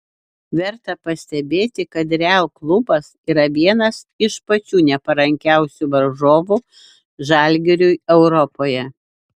verta pastebėti kad real klubas yra vienas iš pačių neparankiausių varžovų žalgiriui europoje